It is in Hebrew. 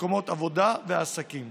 מקומות עבודה ועסקים.